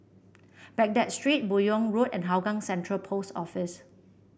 Baghdad Street Buyong Road and Hougang Central Post Office